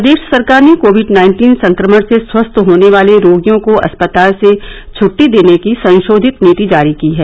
प्रदेश सरकार ने COVID nineteen संक्रमण से स्वस्थ होने वाले रोगियों को अस्पताल से छुट्टी देने की संशोधित नीति जारी की है